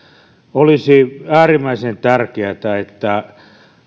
olisi äärimmäisen tärkeätä että